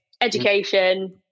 education